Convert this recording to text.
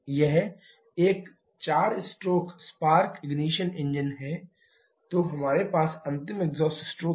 यह एक 4 stroke spark ignition engine है तो हमारे पास अंतिम एग्जास्ट स्ट्रोक है